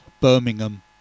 Birmingham